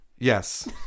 Yes